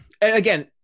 again